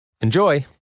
Enjoy